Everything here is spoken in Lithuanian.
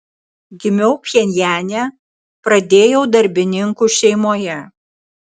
gimiau pchenjane pradėjau darbininkų šeimoje